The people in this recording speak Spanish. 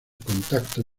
contacto